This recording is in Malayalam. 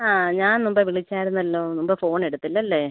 ആ ഞാൻ മുമ്പേ വിളിച്ചായിരുന്നല്ലോ മുമ്പ് ഫോൺ എടുത്തില്ല അല്ലേ